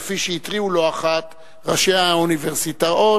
כפי שהתריעו לא אחת ראשי האוניברסיטאות,